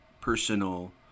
personal